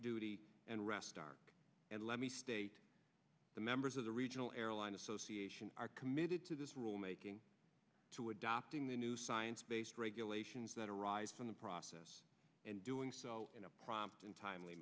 duty and rest and let me state the members of the regional airline association are committed to this rule making to adopting the new science based regulations that arise from the process and doing so in a prompt and timely